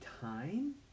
time